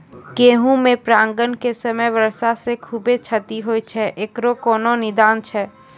गेहूँ मे परागण के समय वर्षा से खुबे क्षति होय छैय इकरो कोनो निदान छै?